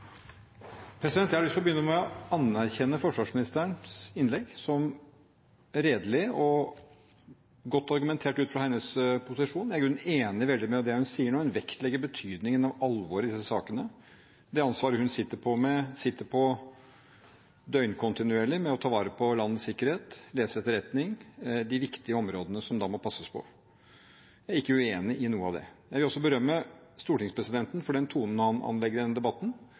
Jeg har lyst til å begynne med å anerkjenne forsvarsministerens innlegg som redelig og godt argumentert ut fra hennes posisjon. Jeg er i grunnen enig i veldig mye av det hun sier nå. Hun vektlegger betydningen av alvoret i disse sakene og det ansvaret hun sitter på døgnkontinuerlig med å ta vare på landets sikkerhet – les etterretning – de viktige områdene som da må passes på. Jeg er ikke uenig i noe av det. Jeg vil også berømme stortingspresidenten for den tonen han anlegger i denne debatten.